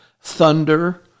Thunder